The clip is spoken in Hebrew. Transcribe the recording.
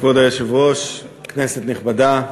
כבוד היושב-ראש, כנסת נכבדה,